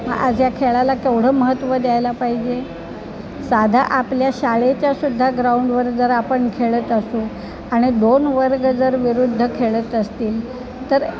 मग आज या खेळाला तेवढं महत्त्व द्यायला पाहिजे साधा आपल्या शाळेच्या सुद्धा ग्राउंडवर जर आपण खेळत असू आणि दोन वर्ग जर विरुद्ध खेळत असतील तर